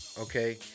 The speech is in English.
Okay